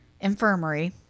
infirmary